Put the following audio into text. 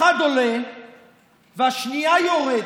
אחד עולה והשנייה יורדת,